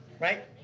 right